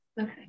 Okay